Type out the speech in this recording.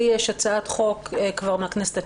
לי יש הצעת חוק כבר מהכנסת ה-19,